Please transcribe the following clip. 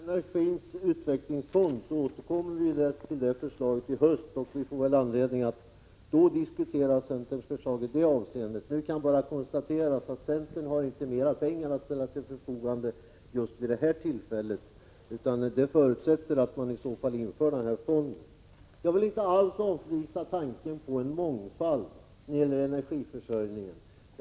Herr talman! Vi får återkomma till centerns förslag om en energiutvecklingsfond i höst och diskutera det då. Nu kan bara konstateras att centern inte har mera pengar att ställa till förfogande just vid detta tillfälle, utan det förutsätter att denna fond införs. Jag vill inte alls avvisa tanken på mångfald när det gäller energiförsörjning 115 en.